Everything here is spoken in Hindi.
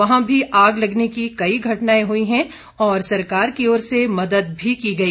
वहां भी आग लगने की कई घटनाएं हुई हैं और सरकार की ओर से मदद भी की गई